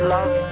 Love